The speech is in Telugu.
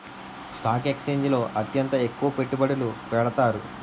స్టాక్ ఎక్స్చేంజిల్లో అత్యంత ఎక్కువ పెట్టుబడులు పెడతారు